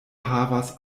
havas